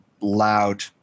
loud